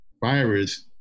virus